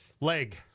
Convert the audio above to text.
Leg